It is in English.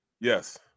Yes